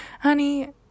honey